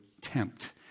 tempt